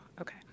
Okay